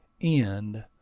End